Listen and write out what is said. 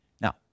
Now